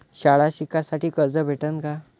शाळा शिकासाठी कर्ज भेटन का?